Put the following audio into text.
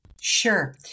Sure